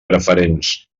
preferents